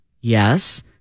Yes